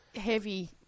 heavy